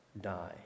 die